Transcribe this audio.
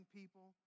people